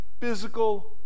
physical